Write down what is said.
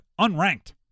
unranked